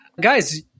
Guys